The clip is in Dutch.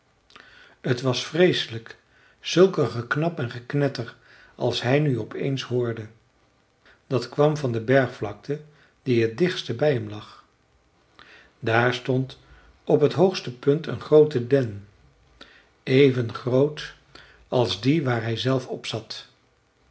t was vreeselijk zulk een geknap en geknetter als hij nu op eens hoorde dat kwam van de bergvlakte die t dichtste bij hem lag daar stond op t hoogste punt een groote den even groot als die waar hij zelf op zat